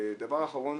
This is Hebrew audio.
דבר אחרון